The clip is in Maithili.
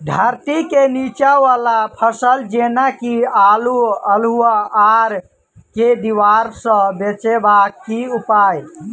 धरती केँ नीचा वला फसल जेना की आलु, अल्हुआ आर केँ दीवार सऽ बचेबाक की उपाय?